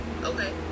Okay